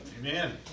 Amen